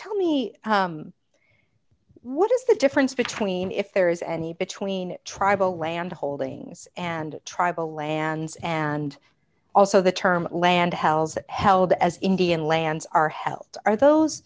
tell me what is the difference between if there is any between tribal land holdings and tribal lands and also the term land hells held as indian lands are held are those